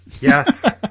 Yes